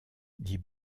dit